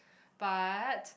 but